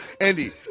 Andy